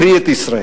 קרי את ישראל.